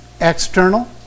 external